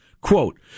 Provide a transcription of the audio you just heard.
Quote